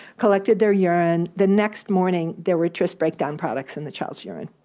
collected their urine. the next morning there were tris breakdown products in the child's urine,